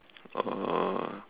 uh